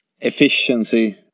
efficiency